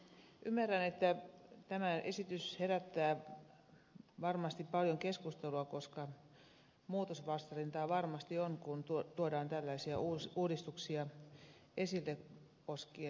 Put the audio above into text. ymmärrän että tämä esitys herättää varmasti paljon keskustelua koska muutosvastarintaa varmasti on kun tuodaan tällaisia uudistuksia esille koskien vankeja